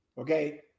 Okay